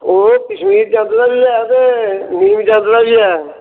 ओह् कश्मीर चंद दा बी ऐ ते नीम चंद दा बी ऐ